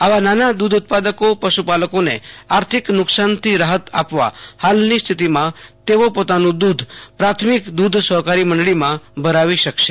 આવા નાના દુધ ઉત્પાદકો પશુપાલકોને આર્થિક નુકશાનથી રાહત આપવા હાલની સ્થિતિમાં તેઓ પોતાનું દુધ સહકારી મંડળીમાં ભરાવી શકશ